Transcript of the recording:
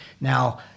Now